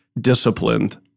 disciplined